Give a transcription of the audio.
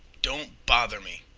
don't bother me,